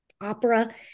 opera